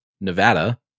Nevada